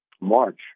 March